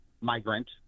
migrant